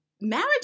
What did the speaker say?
marriage